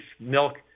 milk